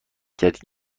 کرد